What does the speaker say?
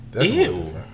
Ew